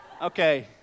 okay